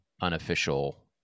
unofficial